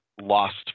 lost